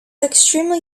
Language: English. extremely